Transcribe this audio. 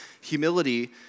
humility